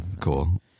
cool